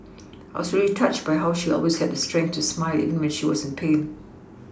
I was really touched by how she always had the strength to smile even when she was in pain